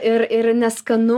ir ir neskanu